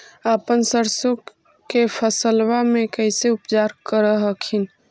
अपन सरसो के फसल्बा मे कैसे उपचार कर हखिन?